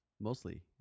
Mostly